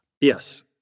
Yes